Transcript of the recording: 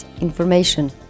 information